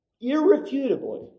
irrefutably